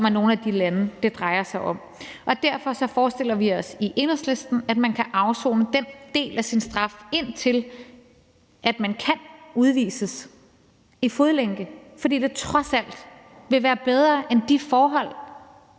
som er nogle af de lande, det drejer sig om. Derfor forestiller vi os i Enhedslisten, at man kan afsone den del af sin straf, indtil man kan udvises, i fodlænke, fordi det trods alt vil være bedre end de forhold,